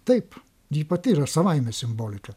taip ji pati yra savaime simbolika